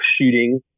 shooting